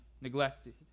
neglected